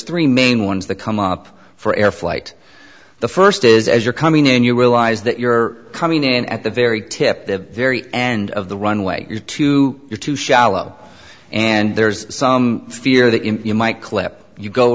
three main ones that come up for air flight the first is as you're coming in you realize that you're coming in at the very tip the very end of the runway you're too you're too shallow and there's some fear that you might clip you go